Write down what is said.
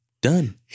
Done